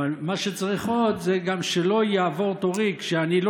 אבל מה שצריך עוד זה שלא יעבור תורי כשאני לא